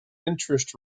interest